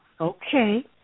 Okay